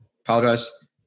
apologize